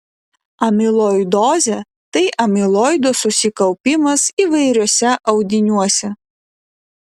amiloidozė tai amiloido susikaupimas įvairiuose audiniuose